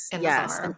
yes